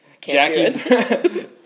Jackie